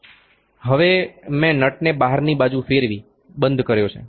હવે મેં નટને બહારની બાજુ ફેરવી બંધ કર્યો છે